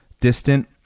distant